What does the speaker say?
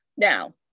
Now